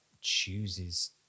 chooses